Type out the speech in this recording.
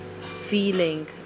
feeling